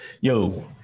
Yo